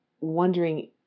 wondering